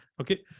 okay